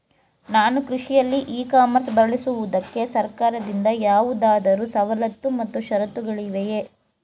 ನಾನು ಕೃಷಿಯಲ್ಲಿ e commerce ಬಳಸುವುದಕ್ಕೆ ಸರ್ಕಾರದಿಂದ ಯಾವುದಾದರು ಸವಲತ್ತು ಮತ್ತು ಷರತ್ತುಗಳಿವೆಯೇ?